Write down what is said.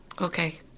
Okay